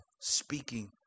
speaking